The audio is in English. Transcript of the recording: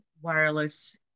wireless